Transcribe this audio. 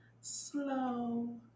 slow